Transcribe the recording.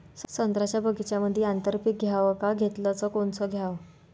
संत्र्याच्या बगीच्यामंदी आंतर पीक घ्याव का घेतलं च कोनचं घ्याव?